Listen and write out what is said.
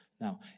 Now